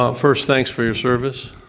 um first, thanks for your service.